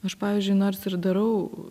aš pavyzdžiui nors ir darau